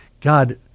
God